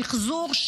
שחזור,